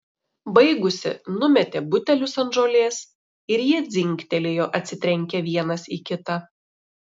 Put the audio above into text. baigusi numetė butelius ant žolės ir jie dzingtelėjo atsitrenkę vienas į kitą